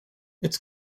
its